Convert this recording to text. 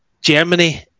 Germany